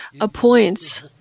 appoints